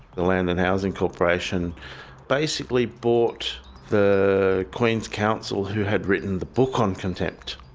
the land and housing corporation basically brought the queen's counsel who had written the book on contempt,